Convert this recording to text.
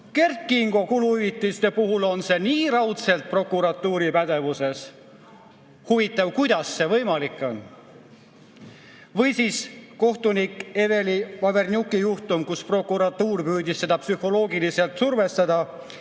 Kert Kingo kuluhüvitiste puhul on see nii raudselt prokuratuuri pädevuses. Huvitav, kuidas see võimalik on? Või siis kohtunik Eveli Vavrenjuki juhtum, kus prokuratuur püüdis teda psühholoogiliselt survestada